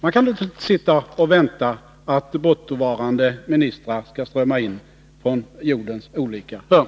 De kan inte sitta och vänta på att bortavarande ministrar skall strömma in från jordens alla hörn.